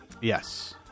Yes